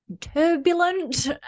turbulent